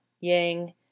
yang